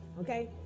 okay